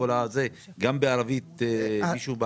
גם בערבית הנגישו?